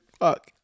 Fuck